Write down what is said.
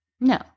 No